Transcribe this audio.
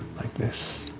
like this.